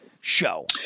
show